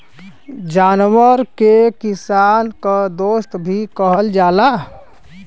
जानवरन के किसान क दोस्त भी कहल जाला